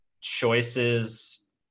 choices